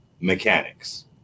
Mechanics